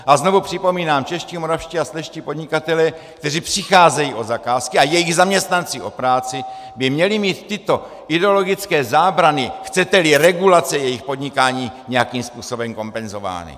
A znovu připomínám, čeští, moravští a slezští podnikatelé, kteří přicházejí o zakázky, a jejich zaměstnanci o práci, by měli mít tyto ideologické zábrany, chceteli, regulace jejich podnikání, nějakým způsobem kompenzovány.